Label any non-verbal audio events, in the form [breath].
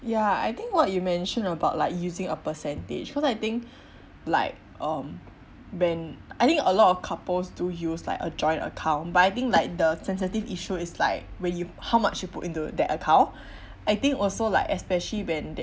ya I think what you mentioned about like using a percentage cause I think like um when I think a lot of couples do use like a joint account but I think like the sensitive issue is like when you how much you put into that account [breath] I think also like especially when they